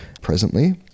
presently